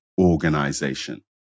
organization